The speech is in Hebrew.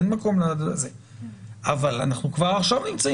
אין מקום --- אנחנו כבר עכשיו נמצאים